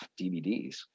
DVDs